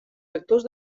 vectors